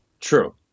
True